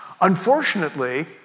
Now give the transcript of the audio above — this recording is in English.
Unfortunately